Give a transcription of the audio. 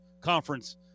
Conference